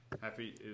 happy